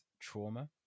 trauma